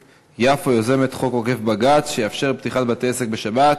יוזמת חוק "עוקף בג"ץ" שיאפשר פתיחת בתי-עסק בשבת,